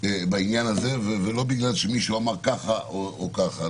בעניין הזה ולא בגלל שמישהו אחר ככה או ככה.